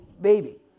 baby